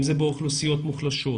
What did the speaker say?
אם זה באוכלוסיות מוחלשות,